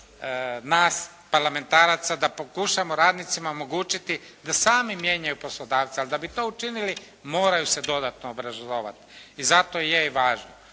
nas parlamentaraca da pokušamo radnicima omogućiti da sami mijenjaju poslodavca, ali da bi to učinili moraju se dodatno obrazovati i zato je i važno.